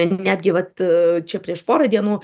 netgi vat čia prieš porą dienų